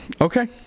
okay